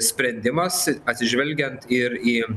sprendimas atsižvelgiant ir į